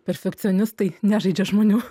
perfekcionistai nežaidžia žmonių